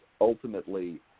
ultimately